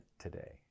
today